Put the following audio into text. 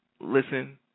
listen